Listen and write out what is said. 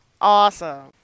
Awesome